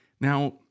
now